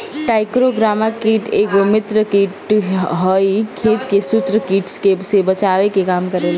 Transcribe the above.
trichogramma कीट एगो मित्र कीट ह इ खेत के शत्रु कीट से बचावे के काम करेला